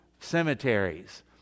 cemeteries